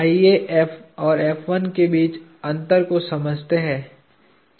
आइए और के बीच के अंतर को समझते हैं